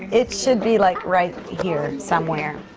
it should be like right here somewhere.